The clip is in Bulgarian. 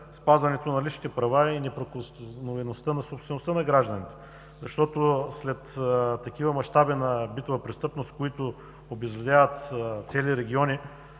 спазването на личните права и неприкосновеността на собствеността на гражданите. Сред такива мащаби на битовата престъпност, които обезлюдяват цели региони,